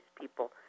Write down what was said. people